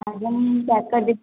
ଆଜ୍ଞା